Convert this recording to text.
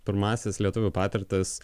pirmąsias lietuvių patirtis